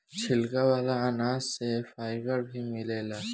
छिलका वाला अनाज से फाइबर भी मिलेला